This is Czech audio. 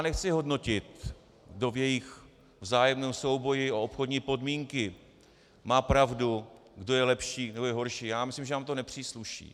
Nechci hodnotit, kdo v jejich vzájemném souboji o obchodní podmínky má pravdu, kdo je lepší, kdo je horší, myslím, že nám to nepřísluší.